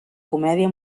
comèdia